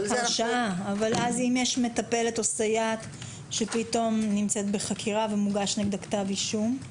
אבל אם יש מטפלת או סייעת שנמצאת בחקירה ומוגש נגדה כתב אישום?